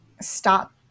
stop